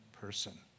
person